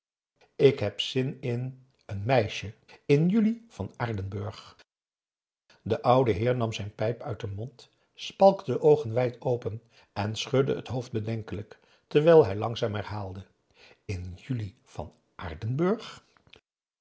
ik heb zin in n meisje in julie van aardenburg de oude heer nam zijn pijp uit den mond spalkte de oogen wijd open en schudde het hoofd bedenkelijk terwijl hij langzaam herhaalde in julie van aardenburg